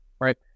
right